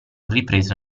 ripreso